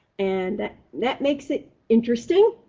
and that makes it interesting.